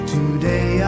Today